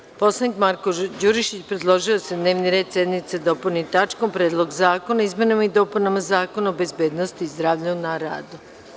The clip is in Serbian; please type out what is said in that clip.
Narodni poslanik Marko Đurišić predložio je da se dnevni red sednice dopuni tačkom Predlog zakona o izmenama i dopunama zakona o bezbednosti i zdravlju na radu.